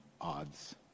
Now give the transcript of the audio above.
odds